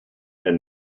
and